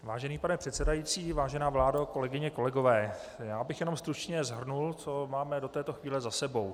Vážený pane předsedající, vážená vládo, kolegyně a kolegové, já bych jenom stručně shrnul, co máme do této chvíle za sebou.